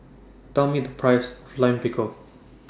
Tell Me The Price of Lime Pickle